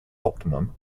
optimum